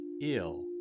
ill